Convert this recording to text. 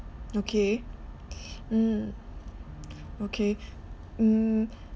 okay um okay um